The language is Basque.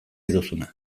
duzuna